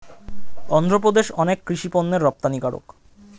অন্ধ্রপ্রদেশ অনেক কৃষি পণ্যের রপ্তানিকারক